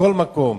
לכל מקום.